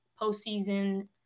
postseason